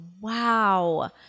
wow